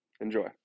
Enjoy